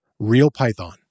RealPython